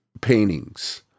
paintings